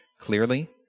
clearly